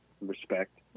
respect